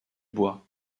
bois